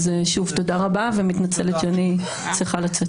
שוב תודה רבה, ואני מתנצלת שאני צריכה לצאת.